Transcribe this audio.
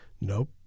Nope